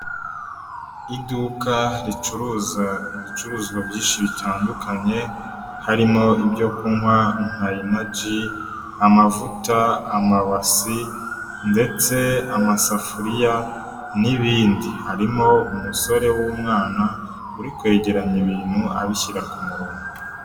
Iduka ricuruza ibicuruzwa byinshi bitandukanye, harimo ibyo kunywa nka inaji, amavuta, amabasi ndetse amasafuriya n'ibindi, harimo umusore w'umwana uri kwegeranya ibintu abishyira ku murongo.